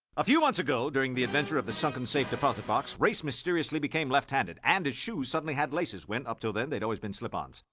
a few months ago, during the adventure of the sunken safe deposit box, race mysteriously became left handed, and his shoes suddenly had laces when, up till then, they'd always been slip-ons.